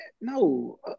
no